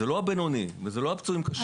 זה לא הפצועים בינוני ולא הפצועים קשה.